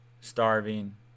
starving